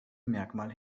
merkmal